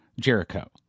Jericho